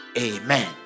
Amen